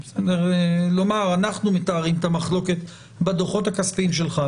לומר: אנחנו מתארים את המחלוקת בדוחות הכספיים שלך.